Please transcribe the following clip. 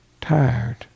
tired